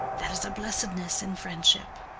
that is a blessedness in friendship.